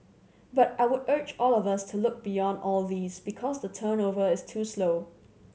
but I would urge all of us to look beyond all these because the turnover is too slow